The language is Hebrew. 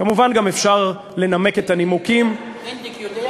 כמובן גם אפשר לנמק את הנימוקים, אינדיק יודע?